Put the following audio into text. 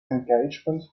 engagement